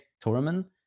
tournament